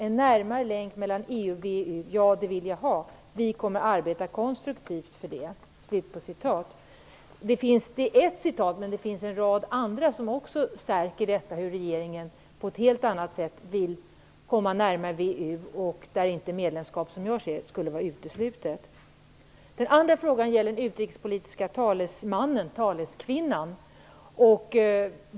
En närmare länk mellan EU och VEU, ja, det vill jag ha. Vi kommer att arbeta konstruktivt för det." Det här är ett uttalande, men det finns en rad andra som stärker detta att regeringen vill komma närmare VEU och att medlemskap, som jag ser det, inte skulle vara uteslutet. Den andra frågan gäller den utrikespolitiska talesmannen/taleskvinnan.